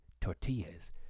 tortillas